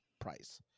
price